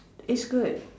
it's good